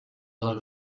lot